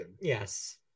Yes